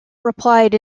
replied